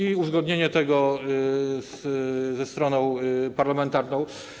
Chodzi o uzgodnienie tego ze stroną parlamentarną.